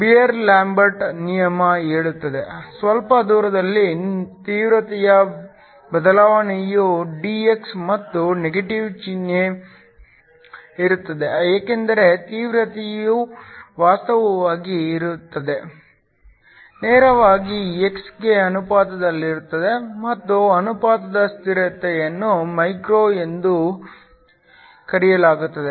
beer Lambert ನಿಯಮ ಹೇಳುತ್ತದೆ ಸ್ವಲ್ಪ ದೂರದಲ್ಲಿ ತೀವ್ರತೆಯ ಬದಲಾವಣೆಯು dx ಮತ್ತು ನೆಗೆಟಿವ್ ಚಿಹ್ನೆ ಇರುತ್ತದೆ ಏಕೆಂದರೆ ತೀವ್ರತೆಯು ವಾಸ್ತವವಾಗಿ ಇಳಿಯುತ್ತದೆ ನೇರವಾಗಿ x ಗೆ ಅನುಪಾತದಲ್ಲಿರುತ್ತದೆ ಮತ್ತು ಅನುಪಾತದ ಸ್ಥಿರತೆಯನ್ನು μ ಎಂದು ಕರೆಯಲಾಗುತ್ತದೆ